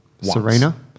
Serena